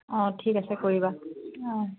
অঁ ঠিক আছে কৰিবা অঁ